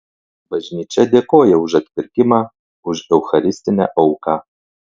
bažnyčia dėkoja už atpirkimą už eucharistinę auką